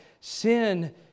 sin